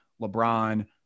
LeBron